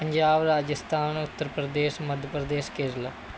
Punjab Rajasthan Uttar Pradesh Madhya Pradesh Kerala